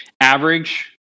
average